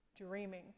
dreaming